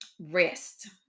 Rest